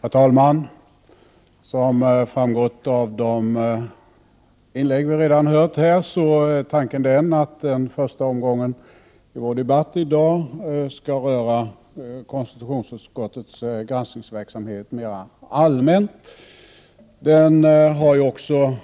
Herr talman! Som framgått av de inlägg vi redan har hört är tanken den att den första omgången i vår debatt i dag skall röra konstitutionsutskottets granskningsverksamhet mera allmänt. Den har också